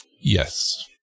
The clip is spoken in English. Yes